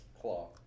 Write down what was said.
Claw